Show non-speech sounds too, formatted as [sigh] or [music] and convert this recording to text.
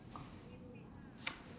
[noise]